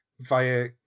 via